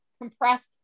Compressed